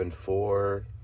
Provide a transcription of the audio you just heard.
Four